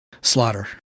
Slaughter